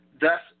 Thus